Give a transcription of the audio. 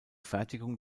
fertigung